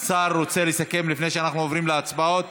השר, רוצה לסכם לפני שאנחנו עוברים להצבעות?